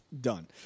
done